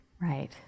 Right